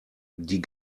die